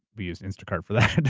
we use instacart for that.